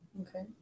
Okay